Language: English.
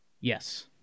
Yes